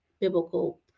biblical